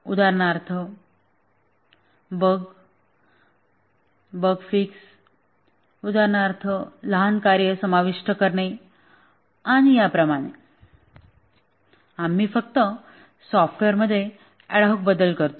उदाहरणार्थ bug fix उदाहरणार्थ लहान कार्ये समाविष्ट करणे आणि याप्रमाणे आम्ही फक्त सॉफ्टवेअरमध्ये ऍड हॉक बदल करतो